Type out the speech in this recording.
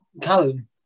Callum